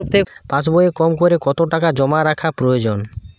পাশবইয়ে কমকরে কত টাকা জমা রাখা প্রয়োজন?